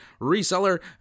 reseller